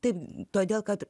taip todėl kad